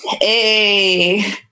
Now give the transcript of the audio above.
Hey